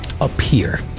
appear